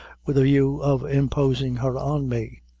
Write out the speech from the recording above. with a view of imposing her on me.